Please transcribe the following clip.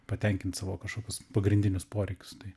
patenkint savo kažkokius pagrindinius poreikius tai